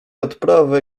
odprawę